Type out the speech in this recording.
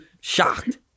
shocked